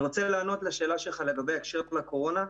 אני מבקש לענות לשאלה של היושב-ראש לעניין הקורונה.